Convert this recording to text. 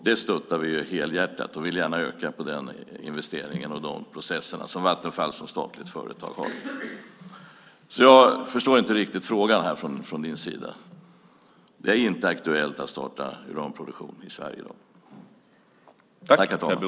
Det stöttar vi helhjärtat. Vi vill gärna öka investeringen i den processen som Vattenfall som statligt företag har. Jag förstår inte riktigt din fråga. Det är inte aktuellt att starta uranproduktion i Sverige i dag.